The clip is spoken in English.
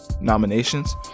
nominations